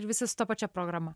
ir visi su ta pačia programa